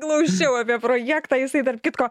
glausčiau apie projektą jisai tarp kitko